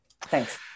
Thanks